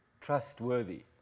trustworthy